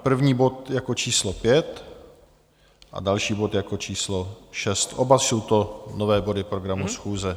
První bod jako číslo 5 a další bod jako číslo 6, oba jsou to nové body programu schůze.